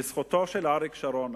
לזכותו של אריק שרון,